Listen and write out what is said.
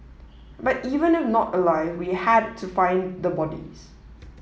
but even if not alive we had to find the bodies